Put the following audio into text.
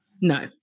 no